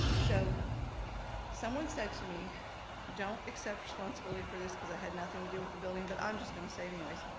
so someone said to me don't accept responsibility for this cause i had nothing to do with the building but i'm just gonna say it anyways.